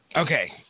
Okay